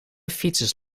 fietsers